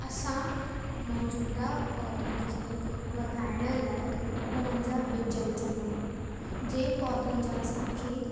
असां मौजूदा पोधनि खे वधाइण लाइ हुननि जा ॿिज विझंदा आहियूं जेंहि पौधनि जा असांखे